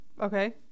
Okay